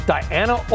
Diana